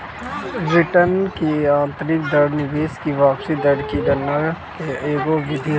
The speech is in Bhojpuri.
रिटर्न की आतंरिक दर निवेश की वापसी दर की गणना के एगो विधि हवे